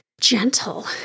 gentle